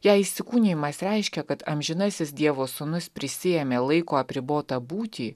jei įsikūnijimas reiškia kad amžinasis dievo sūnus prisiėmė laiko apribotą būtį